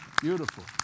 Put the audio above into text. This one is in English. Beautiful